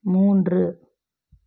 மூன்று